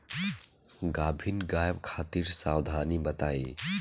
गाभिन गाय खातिर सावधानी बताई?